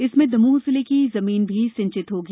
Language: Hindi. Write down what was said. इसमें दमोह जिले की जमीन भी सिंचित होगी